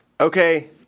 Okay